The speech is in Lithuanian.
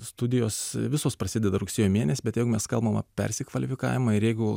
studijos visos prasideda rugsėjo mėnesį bet jeigu mes kalbam apie persikvalifikavimą ir jeigu